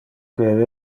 que